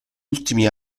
ultimi